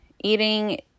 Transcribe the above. eating